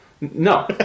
No